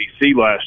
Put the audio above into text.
last